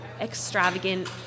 extravagant